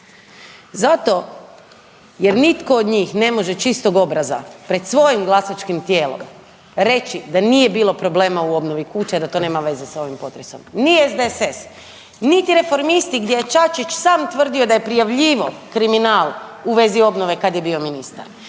Zato jer nitko od njih ne može čistog obraza pred svojim glasačkim tijelom reći da nije bilo problema u obnovi kuća i da to nema veze s ovim potresom. Ni SDSS, niti Reformisti gdje je Čačić sam tvrdio da je prijavljivao kriminal u vezi obnove kad je bio ministar,